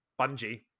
Bungie